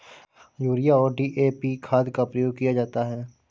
urea और DAP खाद का प्रयोग किया जाता है